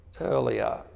earlier